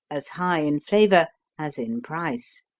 as high in flavor as in price.